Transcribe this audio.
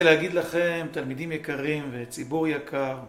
אני רוצה להגיד לכם תלמידים יקרים וציבור יקר